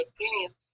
experience